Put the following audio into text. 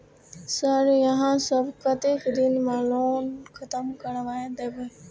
Sir यहाँ सब कतेक दिन में लोन खत्म करबाए देबे?